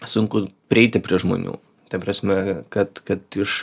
sunku prieiti prie žmonių ta prasme kad kad iš